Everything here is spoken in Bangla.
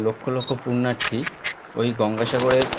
লক্ষ লক্ষ পুণ্যার্থী ওই গঙ্গাসাগরে